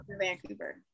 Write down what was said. Vancouver